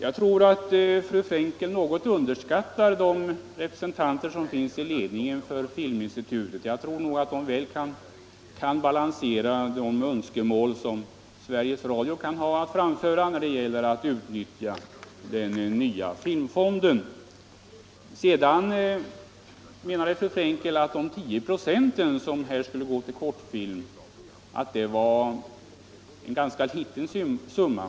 Herr talman! Fru Frenkel underskattar något de representanter som finns i ledningen för Filminstitutet. Jag tror nog att de väl kan balansera de önskemål som Sveriges Radio framför när det gäller att utnyttja den nya filmfonden. Fru Frenkel ansåg att de 10 96 som här skall gå till kortfilm var en ganska liten summa.